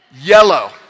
yellow